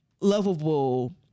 lovable